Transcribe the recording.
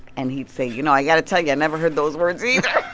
and he'd say, you know, i got to tell you i never heard those words either